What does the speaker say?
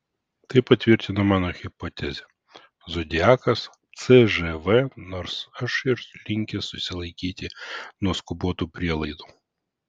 tai patvirtina mano hipotezę zodiakas cžv nors aš ir linkęs susilaikyti nuo skubotų prielaidų